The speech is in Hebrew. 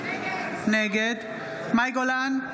נגד מאי גולן,